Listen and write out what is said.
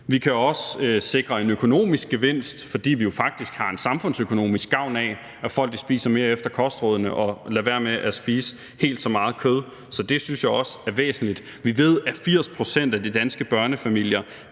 Vi kan også sikre en økonomisk gevinst, fordi vi jo faktisk har en samfundsøkonomisk gavn af, at folk spiser mere efter kostrådene og lader være med at spise helt så meget kød. Så det synes jeg også er væsentligt. Vi ved, at 80 pct. af de danske børnefamilier